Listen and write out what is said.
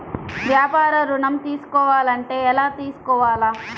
వ్యాపార ఋణం తీసుకోవాలంటే ఎలా తీసుకోవాలా?